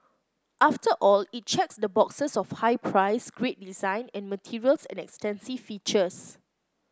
after all it checks the boxes of high price great design and materials and extensive features